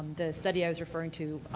the study i was referring to